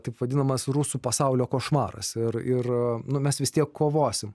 taip vadinamas rusų pasaulio košmaras ir ir nu mes vis tiek kovosim